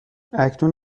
اکنون